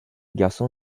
garçon